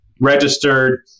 registered